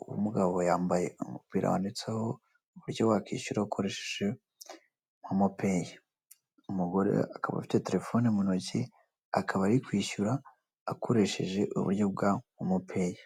Uwo mugabo yambaye umupira wanditseho uburyo wakishyura ukoresheje momo peyi. Umugore akaba afite telefone mu ntoki, akaba ari kwishyura akoresheje uburyo bwa momo peyi.